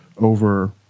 over